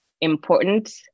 important